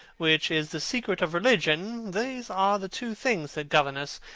which is the secret of religion these are the two things that govern us.